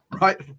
right